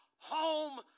Home